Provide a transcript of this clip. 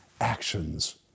actions